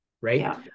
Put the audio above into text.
Right